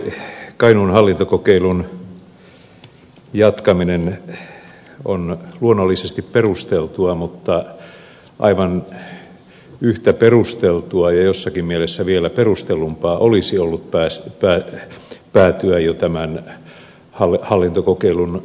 tämä kainuun hallintokokeilun jatkaminen on luonnollisesti perusteltua mutta aivan yhtä perusteltua ja jossakin mielessä vielä perustellumpaa olisi ollut päätyä jo tämän hallintokokeilun vakinaistamiseen